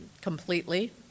completely